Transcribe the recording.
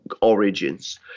origins